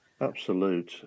Absolute